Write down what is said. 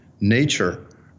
Nature